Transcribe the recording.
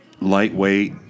lightweight